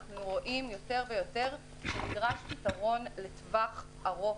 אנו רואים יותר ויותר שנדרש פתרון לטווח ארוך.